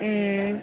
हूँ